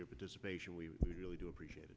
your participation we really do appreciate